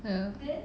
ya